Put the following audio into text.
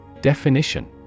Definition